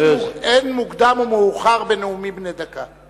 אין מוקדם ומאוחר בנאומים בני דקה.